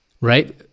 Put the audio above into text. right